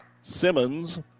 Simmons